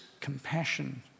compassion